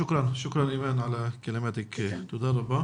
שוקראן, אימאן, תודה רבה.